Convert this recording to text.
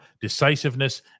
decisiveness